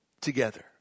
together